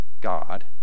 God